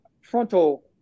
frontal